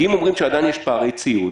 כי אם אומרים שעדיין יש פערי ציוד,